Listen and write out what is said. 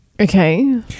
Okay